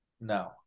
No